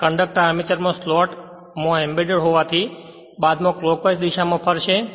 આ કંડક્ટર આર્મચરમાં સ્લોટમાં એમ્બેડેડ હોવાથી બાદમાં ક્લોક્વાઇસ દિશામાં ફરશે